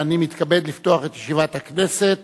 ואני מתכבד לפתוח את ישיבת הכנסת.